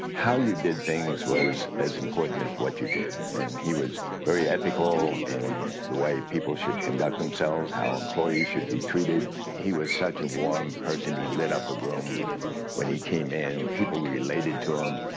how you did things was as important as what you did. and he was very ethical in the way people should conduct themselves, how employees should be treated. he was such a warm person he lit up a room when he came in, people related to him.